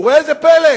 וראה זה פלא: